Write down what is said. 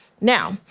Now